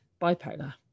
bipolar